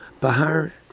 Bahar